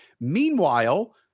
Meanwhile